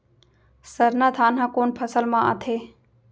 सरना धान ह कोन फसल में आथे?